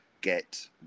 get